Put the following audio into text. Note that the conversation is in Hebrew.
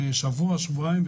לפני שבוע שבועיים,